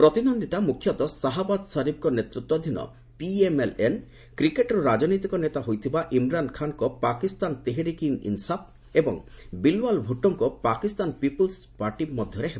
ପ୍ରତିଦ୍ୱନ୍ଦ୍ୱିତା ମୁଖ୍ୟତଃ ସାହାବାଜ ସରିଫ୍ଙ୍କ ନେତୃତ୍ୱାଧୀନ ପିଏମ୍ଏଲ୍ ଏନ୍ କ୍ରିକେଟରୁ ରାଜନୈତିକ ନେତା ହୋଇଥିବା ଇମ୍ରାନ୍ ଖାନ୍ଙ୍କ ପାକିସ୍ତାନ ତେହେରିକ୍ ଇ ଇନ୍ସାଫ୍ ଏବଂ ବିଲୱାଲ ଭୁଟ୍ଟୋଙ୍କ ପାକିସ୍ତାନ ପିପୁଲ୍ସ ପିପୁଲ୍ସ ପାର୍ଟି ମଧ୍ୟରେ ହେବ